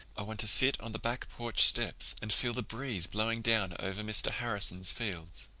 i want to sit on the back porch steps and feel the breeze blowing down over mr. harrison's fields.